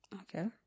Okay